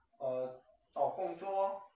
uh 找工作哦